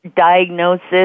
diagnosis